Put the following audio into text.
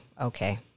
okay